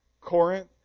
Corinth